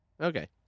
Okay